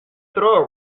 throw